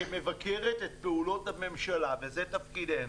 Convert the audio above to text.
כמבקרת את פעולות הממשלה, וזה תפקידנו,